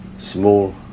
Small